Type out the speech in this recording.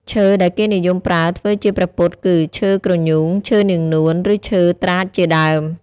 ឈើដែលគេនិយមប្រើធ្វើជាព្រះពុទ្ធគឺ ឈើគ្រញូង ឈើនាងនួន ឬឈើត្រាចជាដើម។